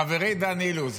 חברי דן אילוז,